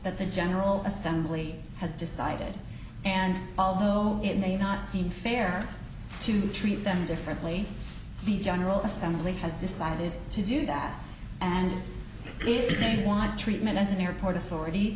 that the general assembly has decided and although it may not seem fair to treat them differently the general assembly has decided to do that and if they want treatment as an airport authority